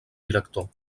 director